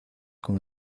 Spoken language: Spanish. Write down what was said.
con